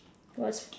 what's